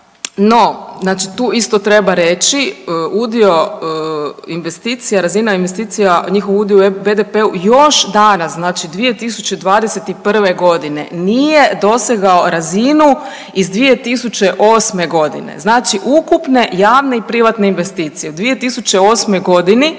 no znači tu isto treba reći udio investicija, razina investicija, njihov udio u BDP-u još danas znači 2021. godine nije dosegao razinu iz 2008. godine. Znači ukupne javne i privatne investicije u 2008. godini